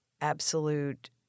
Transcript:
absolute